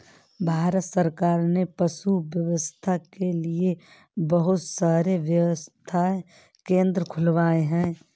भारत सरकार ने पशु स्वास्थ्य के लिए बहुत सारे स्वास्थ्य केंद्र खुलवाए हैं